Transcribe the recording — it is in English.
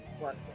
work